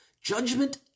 judgment